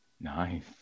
Nice